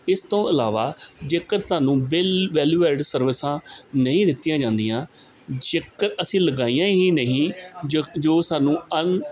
ਇਸ ਤੋਂ ਇਲਾਵਾ ਜੇਕਰ ਸਾਨੂੰ ਬਿੱਲ ਵੈਲਿਊ ਐਡਿਡ ਸਰਵਿਸਾਂ ਨਹੀਂ ਦਿੱਤੀਆਂ ਜਾਂਦੀਆਂ ਜੇਕਰ ਅਸੀਂ ਲਗਾਈਆਂ ਹੀ ਨਹੀਂ ਜਕ ਜੋ ਸਾਨੂੰ ਅਣ